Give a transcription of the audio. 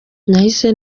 nahise